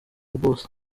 bose